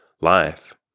life